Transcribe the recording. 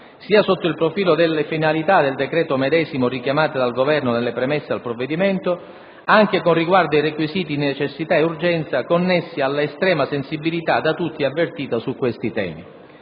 sia sotto il profilo delle finalità del decreto medesimo richiamate dal Governo nelle premesse al provvedimento, anche con riguardo ai requisiti di necessità e urgenza connessi alla estrema sensibilità da tutti avvertita su questi temi.